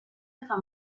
hasta